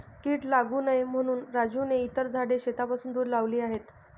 कीड लागू नये म्हणून राजूने इतर झाडे शेतापासून दूर लावली आहेत